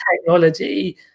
technology